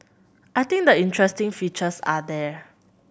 I think the interesting features are there